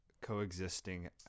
coexisting